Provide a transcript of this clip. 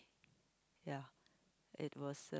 ya it was uh